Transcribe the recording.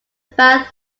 bath